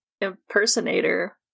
impersonator